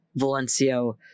Valencio